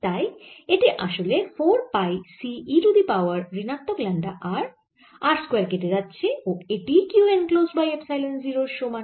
তাই এটি আসলে 4 pi C e to the power ঋণাত্মক ল্যামডা r r স্কয়ার কেটে যাচ্ছে ও এটিই Q এনক্লোসড বাই এপসাইলন 0 এর সমান